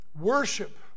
worship